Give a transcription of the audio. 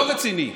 לא רציני.